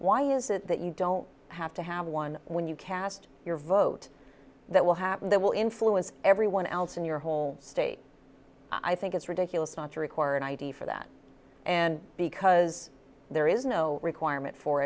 why is it that you don't have to have one when you cast your vote that will happen that will influence everyone else in your home state i think it's ridiculous not to require an id for that and because there is no requirement for